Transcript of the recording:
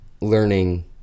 learning